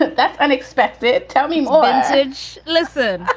but that's unexpected. tell me on stage. listen.